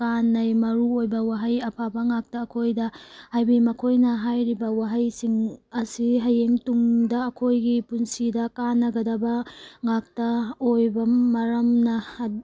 ꯀꯥꯟꯅꯩ ꯃꯔꯨ ꯑꯣꯏꯕ ꯋꯥꯍꯩ ꯑꯐꯕ ꯉꯥꯛꯇ ꯑꯩꯈꯣꯏꯗ ꯍꯥꯏꯕꯤ ꯃꯈꯣꯏꯅ ꯍꯥꯏꯔꯤꯕ ꯋꯥꯍꯩꯁꯤꯡ ꯑꯁꯤ ꯍꯌꯦꯡ ꯇꯨꯡꯗ ꯑꯩꯈꯣꯏꯒꯤ ꯄꯨꯟꯁꯤꯗ ꯀꯥꯟꯅꯒꯗꯕ ꯉꯥꯛꯇ ꯑꯣꯏꯕ ꯃꯔꯝꯅ